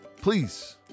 please